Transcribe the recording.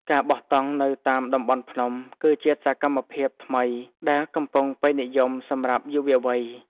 ការបោះតង់នៅតាមតំបន់ភ្នំ គឺជាសកម្មភាពថ្មីដែលកំពុងពេញនិយមសម្រាប់យុវវ័យ។